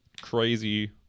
crazy